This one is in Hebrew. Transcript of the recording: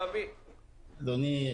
אדוני,